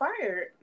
fired